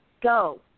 go